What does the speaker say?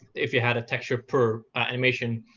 if you had a texture per animation.